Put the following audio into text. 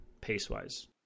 pace-wise